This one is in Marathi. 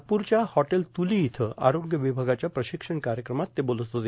नागपूरच्या हॉटेल तुली इथं आरोग्य ीवभागाच्या प्रीशक्षण कायक्रमात ते बोलत होते